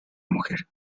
mujer